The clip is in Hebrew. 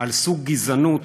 על סוג גזענות